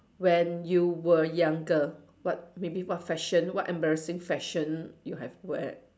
when you were younger what maybe what fashion what embarrassing fashion you have wear